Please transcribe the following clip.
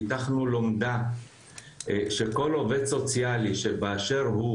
פיתחנו לומדה שכל עובד סוציאלי באשר הוא,